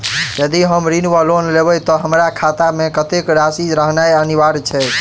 यदि हम ऋण वा लोन लेबै तऽ हमरा खाता मे कत्तेक राशि रहनैय अनिवार्य छैक?